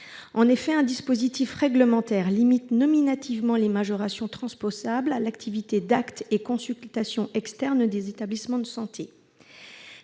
En effet, un dispositif réglementaire limite nominativement les majorations transposables à l'activité d'actes et consultations externes des établissements de santé.